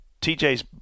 TJ's